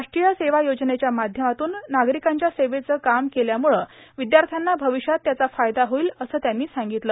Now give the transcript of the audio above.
राष्ट्रीय सेवा योजनेच्या माध्यमातून नार्गारकांच्या सेवेचं काम केल्यामुळे विदयाथ्याना भावष्यात त्याचा फायदा होईल असं त्यांनी सांगगतलं